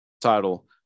title